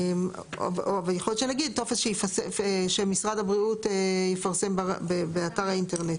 ויכול להיות שנגיד טופס שמשרד הבריאות יפרסם באתר האינטרנט.